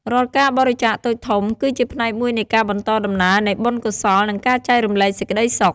រាល់ការបរិច្ចាគតូចធំ គឺជាផ្នែកមួយនៃការបន្តដំណើរនៃបុណ្យកុសល និងការចែករំលែកសេចក្តីសុខ។